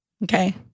Okay